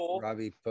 Robbie